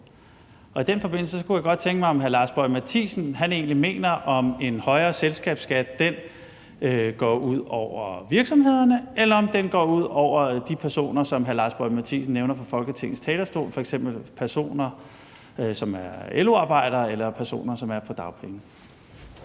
i den forbindelse kunne jeg godt tænke mig at høre, om hr. Lars Boje Mathiesen egentlig mener, at en højere selskabsskat går ud over virksomhederne, eller at den går ud over de personer, som hr. Lars Boje Mathiesen nævner fra Folketingets talerstol, f.eks. LO-arbejdere eller personer, som er på dagpenge.